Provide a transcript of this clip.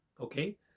Okay